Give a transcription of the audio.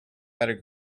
better